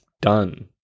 done